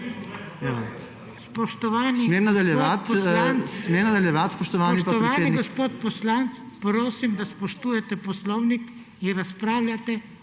Spoštovani gospod poslanec, prosim, da spoštujete poslovnik in razpravljate